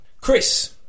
Chris